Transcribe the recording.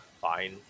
Fine